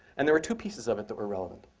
and there are two pieces of it that were relevant.